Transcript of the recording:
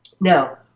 Now